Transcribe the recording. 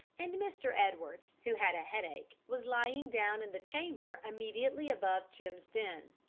and mr. edwards, who had a headache, was lying down in the chamber immediately above jim's den.